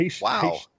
Wow